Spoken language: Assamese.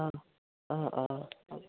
অঁ অঁ অঁ অঁ